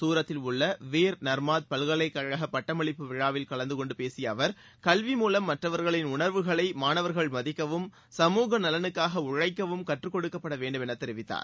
சூரத்தில் உள்ள வீர் நர்மாத் பல்கலைக்கழக பட்டமளிப்பு விழாவில் கலந்து கொண்டு பேசிய அவர் கல்வி மூலம் மற்றவர்களின் உணர்வுகளை மாணவர்கள் மதிக்வும் சமூக நலனுக்காக உழழக்கவும் கற்றுக்கொடுக்கப்பட வேண்டும் என்று தெரிவித்தார்